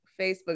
facebook